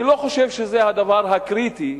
אני לא חושב שזה הדבר הקריטי,